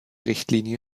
richtlinie